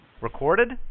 Recorded